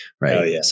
right